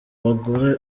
bagore